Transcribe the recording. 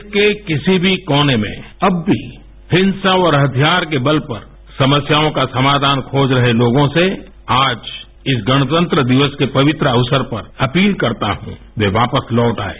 देश के किसी भी कौने में अब भी हिंसा और हथियार के बल पर समस्याओं का समाधान खोज रहे लोगों से आज इस गणतंत्र दिवस के पवित्र अवसर पर अपील करता हूं कि वे वापस लौट आएं